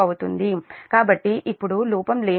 అవుతుంది కాబట్టి ఇప్పుడు లోపం లేనప్పుడు ప్రీ ఫాల్ట్ కండిషన్